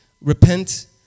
Repent